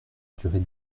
durée